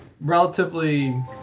relatively